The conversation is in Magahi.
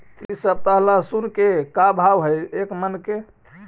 इ सप्ताह लहसुन के का भाव है एक मन के?